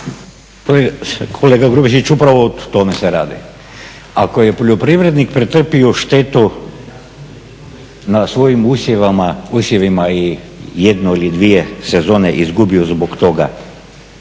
Kolega Grubišić, upravo o tome se radi. Ako je poljoprivrednik pretrpio štetu na svojim usjevima i jednu ili dvije sezone izgubio zbog toga,